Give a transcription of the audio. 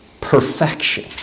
perfection